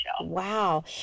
Wow